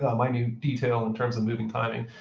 ah um minute detail in terms of moving timing.